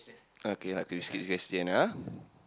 okay not to skip question ah